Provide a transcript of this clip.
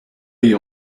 you